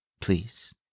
please